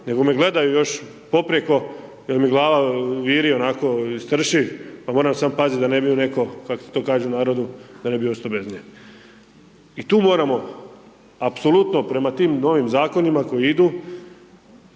nego me gledaju još poprijeko jer mi glava viri onako i strši pa moram samo pazit da ne bi neko, kako se to kaže u narodu, da ne bi ostao bez nje. I tu moramo apsolutno prema tim novim zakonima koji idu